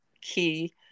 key